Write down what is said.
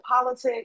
politics